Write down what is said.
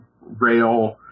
rail